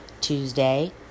Tuesday